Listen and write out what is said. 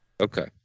Okay